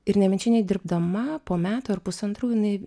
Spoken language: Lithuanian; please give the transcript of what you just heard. ir nemenčinėj dirbdama po metų ar pusantrų jinai